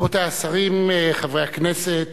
רבותי השרים, חברי הכנסת,